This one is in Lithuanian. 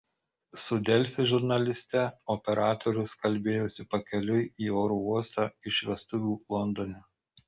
su delfi žurnaliste operatorius kalbėjosi pakeliui į oro uostą iš vestuvių londone